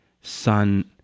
Son